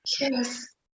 Yes